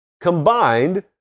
combined